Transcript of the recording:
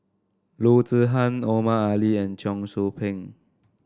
Loo Zihan Omar Ali and Cheong Soo Pieng